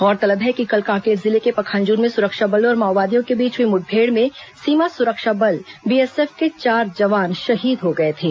गौरतलब है कि कल कांकेर जिले के पखांजूर में सुरक्षा बलों और माओवादियों के बीच हुई मुठभेड़ में सीमा सुरक्षा बल बीएसएफ के चार जवान शहीद हो गए थे